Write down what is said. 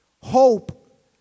Hope